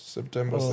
September